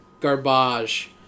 garbage